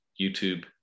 YouTube